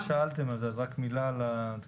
מאחר ששאלתם, אז רק מילה על התקינה.